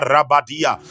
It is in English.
Rabadia